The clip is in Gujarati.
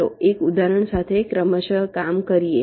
ચાલો એક ઉદાહરણ સાથે ક્રમશઃ કામ કરીએ